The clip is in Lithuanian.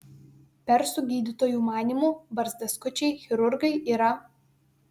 persų gydytojų manymu barzdaskučiai chirurgai yra